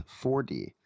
4D